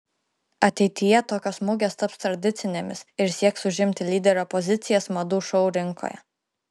ateityje tokios mugės taps tradicinėmis ir sieks užimti lyderio pozicijas madų šou rinkoje